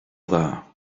dda